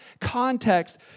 context